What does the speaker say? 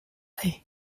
lại